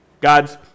God's